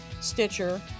Stitcher